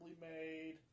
made